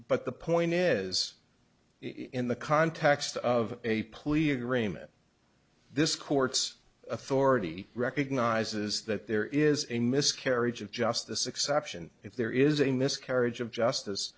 but the point is in the context of a plea agreement this court's authority recognizes that there is a miscarriage of justice exception if there is a miscarriage of justice